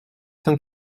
cent